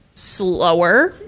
slower?